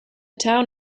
town